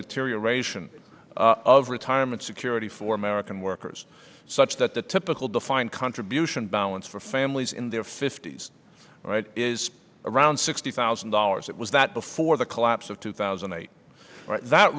deterioration of retirement security for american workers such that the typical defined contribution balance for families in their fifty's right is around sixty thousand dollars it was that before the collapse of two thousand and eight that